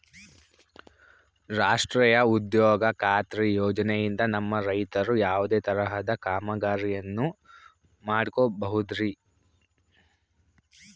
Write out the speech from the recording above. ರಾಷ್ಟ್ರೇಯ ಉದ್ಯೋಗ ಖಾತ್ರಿ ಯೋಜನೆಯಿಂದ ನಮ್ಮ ರೈತರು ಯಾವುದೇ ತರಹದ ಕಾಮಗಾರಿಯನ್ನು ಮಾಡ್ಕೋಬಹುದ್ರಿ?